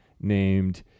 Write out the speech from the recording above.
named